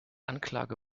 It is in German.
anklage